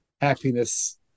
happiness